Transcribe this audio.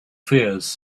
fears